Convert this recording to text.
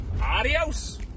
adios